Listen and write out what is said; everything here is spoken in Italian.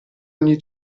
ogni